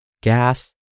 gas